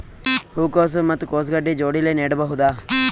ಹೂ ಕೊಸು ಮತ್ ಕೊಸ ಗಡ್ಡಿ ಜೋಡಿಲ್ಲೆ ನೇಡಬಹ್ದ?